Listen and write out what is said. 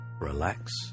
relax